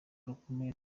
rukomeye